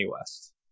West